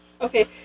Okay